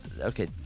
Okay